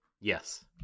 yes